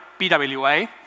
PWA